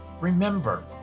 Remember